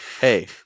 hey